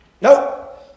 Nope